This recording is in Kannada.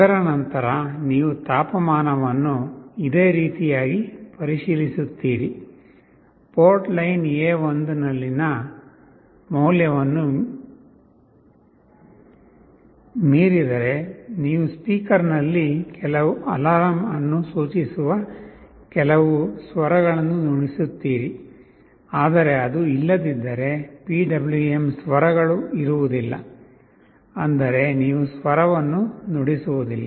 ಅದರ ನಂತರ ನೀವು ತಾಪಮಾನವನ್ನು ಇದೇ ರೀತಿಯಾಗಿ ಪರಿಶೀಲಿಸುತ್ತೀರಿ ಪೋರ್ಟ್ ಲೈನ್ A1 ನಲ್ಲಿನ ಮೌಲ್ಯವು ಮಿತಿಯನ್ನು ಮೀರಿದರೆ ನೀವು ಸ್ಪೀಕರ್ನಲ್ಲಿ ಕೆಲವು ಅಲಾರಂ ಅನ್ನು ಸೂಚಿಸುವ ಕೆಲವು ಸ್ವರಗಳನ್ನು ನುಡಿಸುತ್ತೀರಿ ಆದರೆ ಅದು ಇಲ್ಲದಿದ್ದರೆ PWM ಸ್ವರಗಳು ಇರುವುದಿಲ್ಲಅಂದರೆ ನೀವು ಸ್ವರವನ್ನು ನುಡಿಸುವುದಿಲ್ಲ